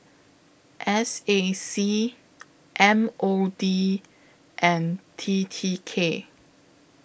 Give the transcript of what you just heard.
S A C M O D and T T K